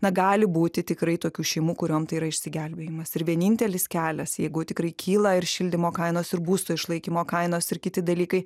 na gali būti tikrai tokių šeimų kuriom tai yra išsigelbėjimas ir vienintelis kelias jeigu tikrai kyla ir šildymo kainos ir būsto išlaikymo kainos ir kiti dalykai